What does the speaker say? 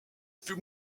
fut